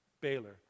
Baylor